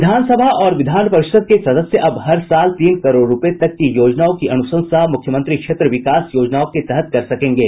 विधान सभा और विधान परिषद के सदस्य अब हर साल तीन करोड़ रूपये तक की योजनाओं की अनुशंसा मुख्यमंत्री क्षेत्र विकास योजनाओं के तहत कर सकेंगे